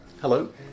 Hello